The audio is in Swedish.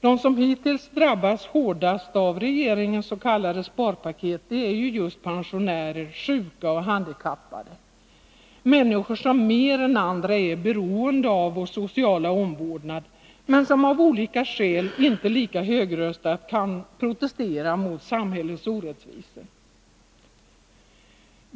De som hittills har drabbats hårdast av regeringens s.k. sparpaket är just pensionärer, sjuka och handikappade, dvs. människor som mer än andra är beroende av vår sociala omvårdnad, men som av olika skäl inte lika högröstat kan protestera mot samhällets orättvisor.